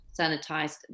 sanitized